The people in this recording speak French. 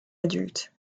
adulte